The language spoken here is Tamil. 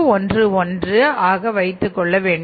000411 ஆக வைத்துக் கொள்ள வேண்டும்